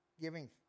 giving